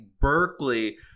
Berkeley